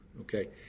Okay